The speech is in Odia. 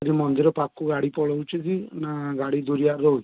ଯେଉଁ ମନ୍ଦିର ପାଖକୁ ଗାଡ଼ି ପଳଉଛି କି ନା ଗାଡ଼ି ଦୁରିଆରେ ରହୁଛି